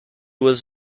was